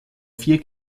vier